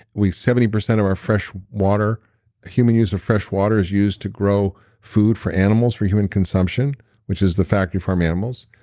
seventy percent of our freshwater, human use of freshwater is used to grow food for animals for human consumption which is the factory farm animals.